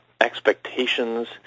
expectations